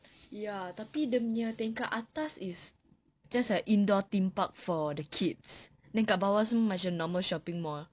ya tapi dia punya tingkat atas is just an indoor theme park for the kids then dekat bawah semua normal shopping mall